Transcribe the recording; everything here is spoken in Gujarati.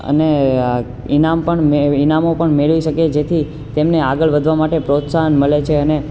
અને ઈનામ પણ ઈનામો પણ મેળવી શકે જેથી તેમને આગળ વધાવા માટે પ્રોત્સાહન મળે છે અને